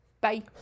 Bye